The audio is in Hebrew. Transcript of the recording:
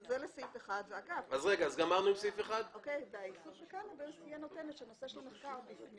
זה לסעיף 1. נושא של מחקר ,